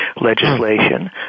legislation